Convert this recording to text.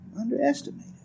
Underestimated